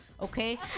okay